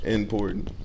important